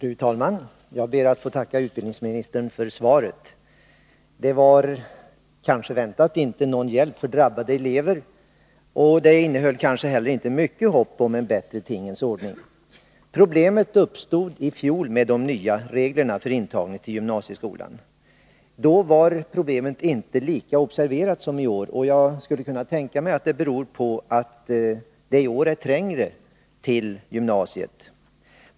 Fru talman! Jag ber att få tacka utbildningsministern för svaret. Som kanske var väntat innebär svaret inte någon hjälp för drabbade elever, och det innehöll inte heller mycket hopp om en bättre tingens ordning. Problemet uppstod i fjol, då de nya reglerna för intagning till gymnasieskolan började tillämpas. Det var då inte lika observerat som i år, och jag skulle kunna tänka mig att detta beror på att det i år är svårare att få en plats i gymnasieskolan.